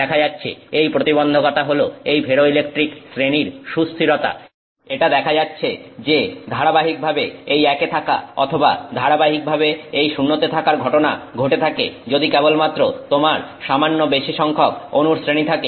দেখা যাচ্ছে যে এই প্রতিবন্ধকতা হলো এই ফেরোইলেকট্রিক শ্রেণীর সুস্থিরতা এটা দেখা যাচ্ছে যে ধারাবাহিকভাবে এই 1 এ থাকা অথবা ধারাবাহিকভাবে এই 0 তে থাকার ঘটনা ঘটে থাকে যদি কেবলমাত্র তোমার সামান্য বেশি সংখ্যক অনুর শ্রেণী থাকে